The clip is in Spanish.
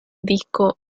disco